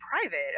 private